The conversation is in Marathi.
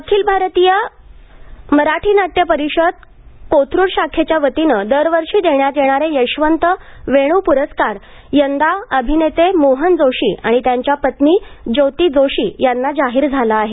अखिल भारतीय मराठी नाट्य परिषद कोथरूड शाखेच्या वतीने दरवर्षी देण्यात येणारे यशवंत वेणू प्रस्कार यंदा अभिनेते मोहन जोशी आणि त्यांच्या पत्नी ज्योती जोशी यांना जाहीर झाला आहे